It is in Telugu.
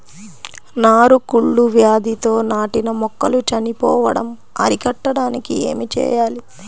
నారు కుళ్ళు వ్యాధితో నాటిన మొక్కలు చనిపోవడం అరికట్టడానికి ఏమి చేయాలి?